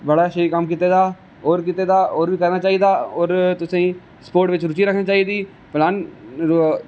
बड़ा स्हेई कम्म कीते दा औऱ कीते दा होर बी करना चाहिदा और तुसें गी स्पोट बिच रुची रक्खनी चाहिदी